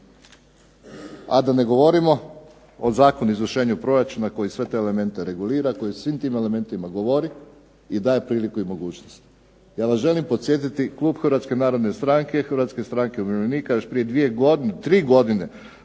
A da ne govorimo o Zakonu o izvršenju proračuna koji sve te elemente regulira, koji svim tim elementima govori i daje priliku i mogućnost. Ja vas želim podsjetiti Klub Hrvatske narodne stranke i Hrvatske stranke umirovljenika, još prije tri godine tražili